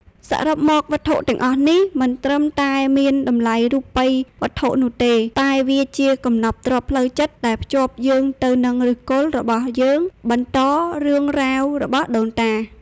សរុបមក វត្ថុទាំងអស់នេះមិនត្រឹមតែមានតម្លៃរូបិយវត្ថុនោះទេ តែវាជា កំណប់ទ្រព្យផ្លូវចិត្ត ដែលភ្ជាប់យើងទៅនឹងឫសគល់របស់យើង បន្តរឿងរ៉ាវរបស់ដូនតា។